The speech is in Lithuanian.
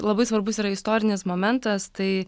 labai svarbus yra istorinis momentas tai